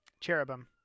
Cherubim